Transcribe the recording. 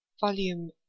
Volume